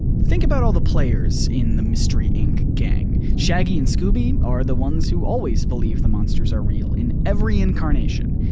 think about all the players in the mystery inc gang. shaggy and scooby are the ones who always believe the monsters are real in every incarnation.